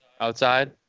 outside